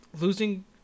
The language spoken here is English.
losing